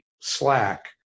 slack